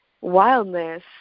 wildness